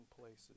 places